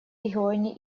регионе